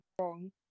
wrong